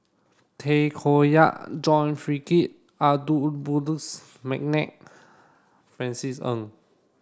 Tay Koh Yat John Frederick Adolphus McNair Francis Ng